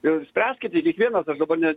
e spręskite kiekvienas aš dabar ne